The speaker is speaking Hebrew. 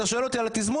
אתה שואל אותי על התזמון,